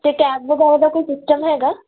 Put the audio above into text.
ਅਤੇ ਕੈਬ ਵਗੈਰਾ ਦਾ ਕੋਈ ਸਿਸਟਮ ਹੈਗਾ